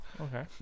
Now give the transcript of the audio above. Okay